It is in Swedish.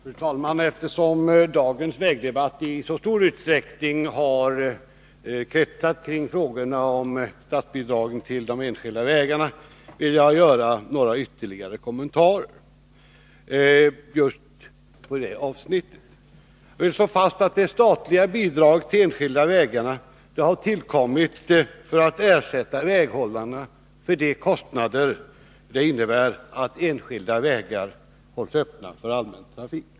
Fru talman! Eftersom dagens vägdebatt i så stor utsträckning har kretsat kring frågorna om statsbidragen till de enskilda vägarna, vill jag göra några ytterligare kommentarer om just det avsnittet. Jag vill slå fast att det statliga bidraget till de enskilda vägarna har tillkommit för att ersätta väghållarna för de kostnader det innebär att enskilda vägar hålls öppna för allmän trafik.